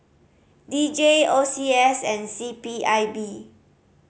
D J O C S and C P I B